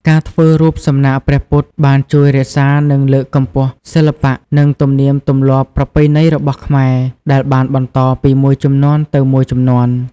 ការធ្វើរូបសំណាកព្រះពុទ្ធបានជួយរក្សានិងលើកកម្ពស់សិល្បៈ និងទំនៀមទម្លាប់ប្រពៃណីរបស់ខ្មែរ ដែលបានបន្តពីមួយជំនាន់ទៅមួយជំនាន់។